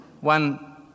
One